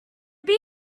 beer